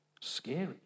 scary